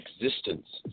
existence